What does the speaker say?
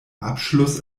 abschluss